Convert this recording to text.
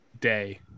day